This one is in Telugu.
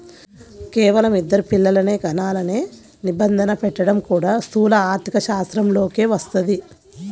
కేవలం ఇద్దరు పిల్లలనే కనాలనే నిబంధన పెట్టడం కూడా స్థూల ఆర్థికశాస్త్రంలోకే వస్తది